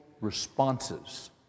responses